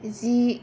जि